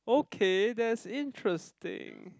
okay that's interesting